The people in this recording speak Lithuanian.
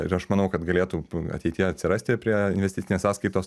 ir aš manau kad galėtų ateityje atsirasti prie investicinės sąskaitos